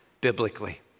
biblically